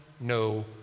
no